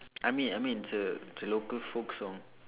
I mean I mean it's a it's a local folk song